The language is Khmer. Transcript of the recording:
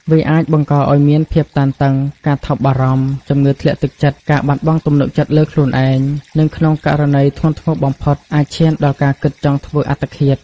វាអាចបង្កឲ្យមានភាពតានតឹង ការថប់បារម្ភ ជំងឺធ្លាក់ទឹកចិត្ត ការបាត់បង់ទំនុកចិត្តលើខ្លួនឯង និងក្នុងករណីធ្ងន់ធ្ងរបំផុត អាចឈានដល់ការគិតចង់ធ្វើអត្តឃាត។